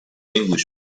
englishman